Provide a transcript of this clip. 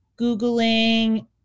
Googling